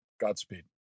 Godspeed